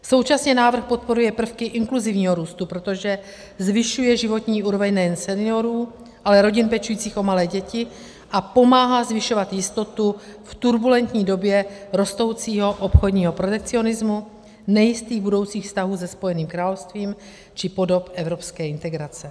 Současně návrh podporuje prvky inkluzivního růstu, protože zvyšuje životní úroveň nejen seniorů, ale rodin pečujících o malé děti a pomáhá zvyšovat jistotu v turbulentní době rostoucího obchodního protekcionismu, nejistých budoucích vztahů se Spojeným královstvím či podob evropské integrace.